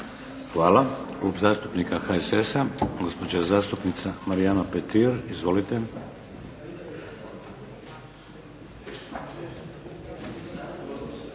Hvala. Klub zastupnika HSS-a, gospođa zastupnica Marijana Petir. Izvolite.